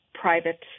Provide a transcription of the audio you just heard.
private